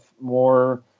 more